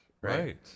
right